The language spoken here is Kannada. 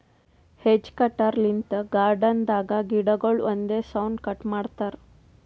ಹೆಜ್ ಕಟರ್ ಲಿಂತ್ ಗಾರ್ಡನ್ ದಾಗ್ ಗಿಡಗೊಳ್ ಒಂದೇ ಸೌನ್ ಕಟ್ ಮಾಡ್ತಾರಾ